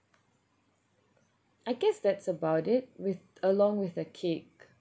I guess that's about it with along with a cake